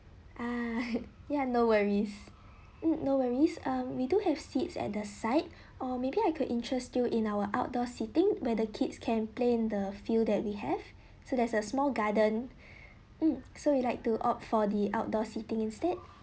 ah ya no worries mm no worries uh we do have seats at the site or maybe I could interest you in our outdoor seating where the kids can play in the field that we have so there's a small garden mm so you like to opt for the outdoor seating instead